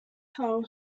hole